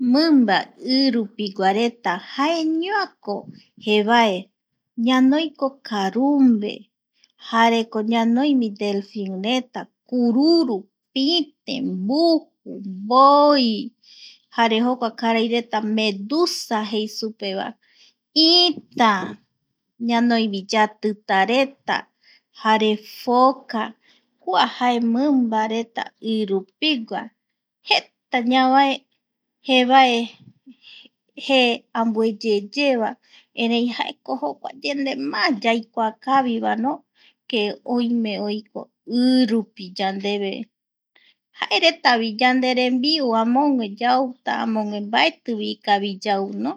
Mimba i rupiguareta jaeñoako jevae ñanoiko karumbe jareko ñanoi delfinreta, kururu, pïte, mbuju, mboi, jare jokua karaireta medusa jei supe va, ïtä, ñanoivi yatitareta jare foca kua jae mimba reta i rupigua, jeta ñavae jevae (pausa) jee ambueyeyeva no erei jaeko jokua yande má yaikuakaviva no, que oime oiko i rupi yandeve jaretavi yanderembiu amogue yauta amogue mbaetivi ikavi yau no.